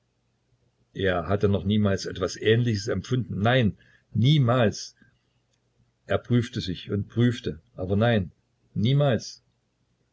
er hatte doch niemals etwas ähnliches empfunden nein niemals er prüfte sich und prüfte aber nein niemals